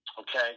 okay